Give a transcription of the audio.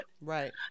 Right